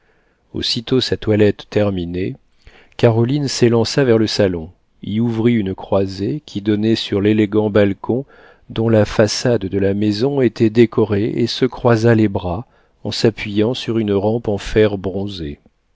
aussitôt sa toilette terminée caroline s'élança vers le salon y ouvrit une croisée qui donnait sur l'élégant balcon dont la façade de la maison était décorée et se croisa les bras en s'appuyant sur une rampe en fer bronzé